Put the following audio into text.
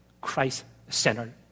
Christ-centered